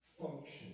function